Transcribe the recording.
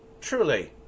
Truly